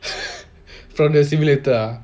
from the simulator